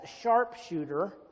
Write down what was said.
sharpshooter